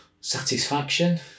satisfaction